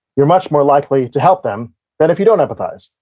you're much more likely to help them than if you don't empathize.